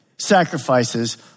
sacrifices